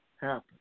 happen